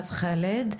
ח'אלד.